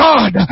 God